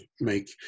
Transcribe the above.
make